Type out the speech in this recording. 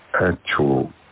actual